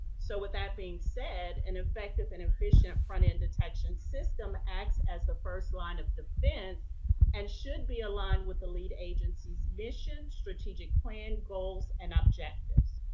so, with that being said, an effective and efficient front-end detection system acts as the first line of defense and should be aligned with the lead agency's mission, strategic plan, goals, and objectives.